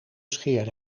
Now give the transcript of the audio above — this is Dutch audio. scheerde